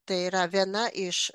tai yra viena iš